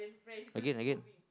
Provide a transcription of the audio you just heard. again again